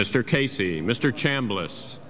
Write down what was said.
mr casey mr chambliss